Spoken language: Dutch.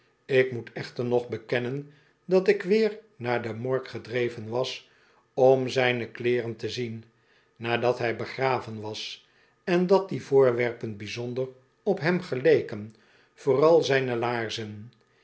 ik moet echter nog bekennen dat ik weer naar de morgue gedreven was om zijne kleeren te zien nadat hij begraven was en dat die voorwerpen bijzonder op hem geleken vooral zijne laarzen